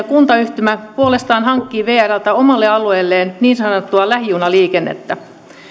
kuntayhtymä puolestaan hankkii vrltä omalle alueelleen niin sanottua lähijunaliikennettä